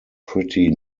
pretty